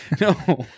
no